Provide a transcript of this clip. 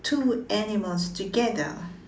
two animals together